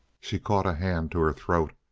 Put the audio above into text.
she caught a hand to her throat.